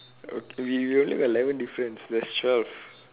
okay we we only got eleven difference there's twelve